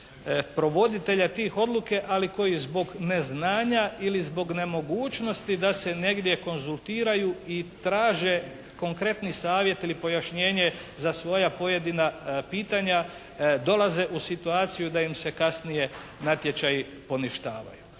provoditelja tih odluke ali koji zbog neznanja ili zbog nemogućnosti da se negdje konzultiraju i traže konkretni savjet ili pojašnjenje za svoja pojedina pitanja, dolaze u situaciju da im se kasnije natječaji poništavaju.